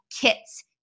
kits